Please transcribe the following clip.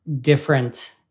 different